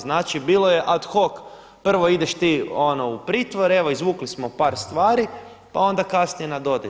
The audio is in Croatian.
Znači bilo je ad hoc, prvo ideš ti ono u pritvor, evo izvukli smo par stvari, pa onda kasnije nadodaju.